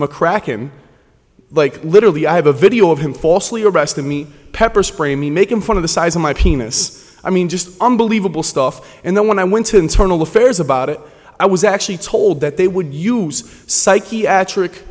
mccracken like literally i have a video of him falsely arrested me pepper spray me making fun of the size of my penis i mean just unbelievable stuff and then when i went to internal affairs about it i was actually told that they would use psychiatric